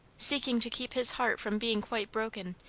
seeking to keep his heart from being quite broken,